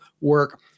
work